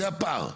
זה הפער,